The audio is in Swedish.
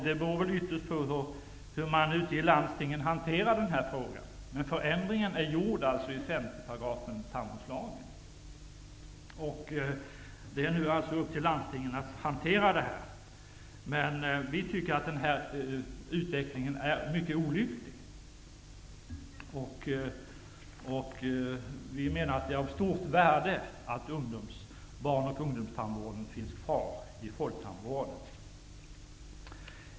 Det är klart att det ytterst beror på hur landstingen hanterar frågan. Vi tycker att den här utvecklingen är mycket olycklig. Vi menar att det är av stort värde att barnoch ungdomstandvården finns kvar i folktandvården.